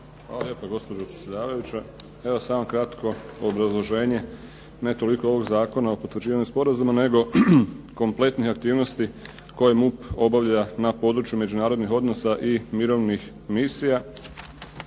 Hvala lijepa. Gospođo predsjedavajuća. Samo kratko obrazloženje ne toliko ovog zakona o potvrđivanju sporazuma nego kompletnih aktivnosti koje MUP obavlja na području međunarodnih odnosa i mirovnih misija.